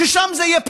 ששם יהיה פטור.